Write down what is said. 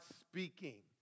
speaking